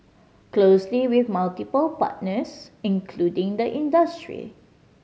closely with multiple partners including the industry